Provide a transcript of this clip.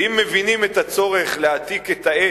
ואם מבינים את הצורך בהעתקת העץ,